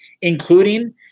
including